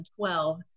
2012